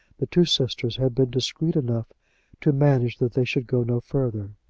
the two sisters had been discreet enough to manage that they should go no further.